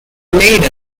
later